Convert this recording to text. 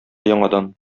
яңадан